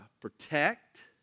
protect